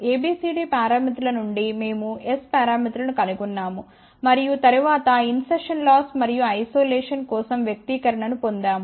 ABCD పారామితుల నుండి మేము S పారామితులను కనుగొన్నాము మరియు తరువాత ఇన్సర్షస్ లాస్ మరియు ఐసోలేషన్ కోసం వ్యక్తీకరణ ను పొందాము